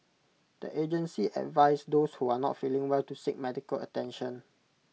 the agency advised those who are not feeling well to seek medical attention